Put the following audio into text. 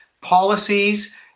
policies